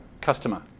customer